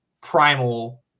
primal